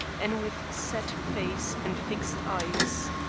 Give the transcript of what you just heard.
and with set face and fixed eyes.